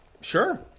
Sure